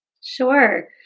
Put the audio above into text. Sure